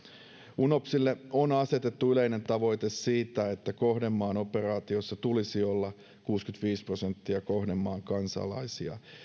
unopsille on asetettu yleinen tavoite siitä että kohdemaan operaatiossa tulisi olla kuusikymmentäviisi prosenttia kohdemaan kansalaisia